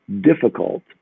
difficult